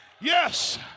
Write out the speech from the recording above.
yes